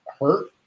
hurt